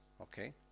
okay